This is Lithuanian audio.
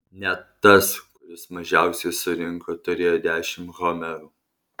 net tas kuris mažiausiai surinko turėjo dešimt homerų